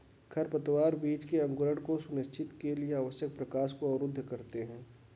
खरपतवार बीज के अंकुरण को सुनिश्चित के लिए आवश्यक प्रकाश को अवरुद्ध करते है